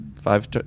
Five